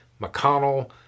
McConnell